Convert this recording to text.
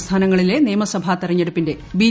സംസ്ഥാനങ്ങളിലെ നിയമസഭാ തെരഞ്ഞെടുപ്പിന്റെ ബി